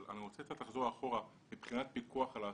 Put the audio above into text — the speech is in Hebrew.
אבל אני רוצה לחזור אחורה מבחינת פיקוח על ההסעות.